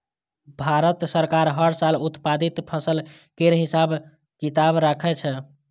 भारत सरकार हर साल उत्पादित फसल केर हिसाब किताब राखै छै